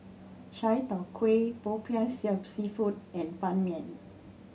chai tow kway popiah seafood and Ban Mian